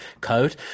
code